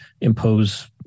impose